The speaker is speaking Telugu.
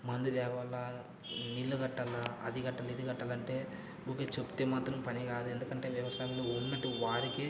మందు తేవాలా నీళ్ళు కట్టాలా అది కట్టాలి ఇది కట్టాలంటే ఊరికే చెప్తే మాత్రం పని కాదు ఎందుకంటే వ్యవసాయంలో ఉన్నది వారికి